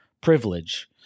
privilege